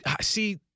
see